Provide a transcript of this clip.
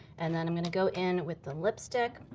and then i'm gonna go in with the lipstick.